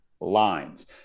lines